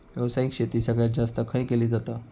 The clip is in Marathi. व्यावसायिक शेती सगळ्यात जास्त खय केली जाता?